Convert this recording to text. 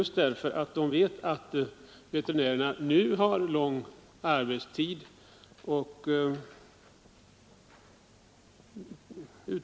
Bönderna vet ju av erfarenhet att veterinärerna har lång arbetstid.